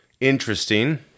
interesting